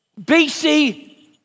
BC